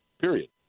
period